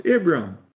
Abraham